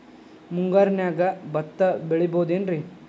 ಮುಂಗಾರಿನ್ಯಾಗ ಭತ್ತ ಬೆಳಿಬೊದೇನ್ರೇ?